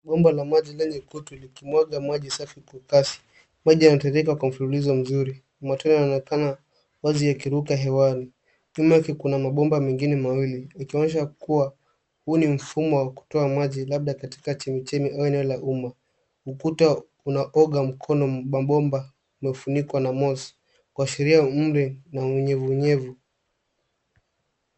Bomba la maji lenye kutu likimwaga maji safi kwa kasi. Maji yanatiririka kwa mfululizo mzuri. Matone yanaonekana wazi yakiruka hewani. Nyuma yake kuna mabomba mengine mawili yakionyesha kuwa huu ni mfumo wa kutoa maji labda katika chemichemi au eneo la humo. ukuta unaoga mkono mabomba uliofunikwa na moss kuashiria umande na unyevunyevu.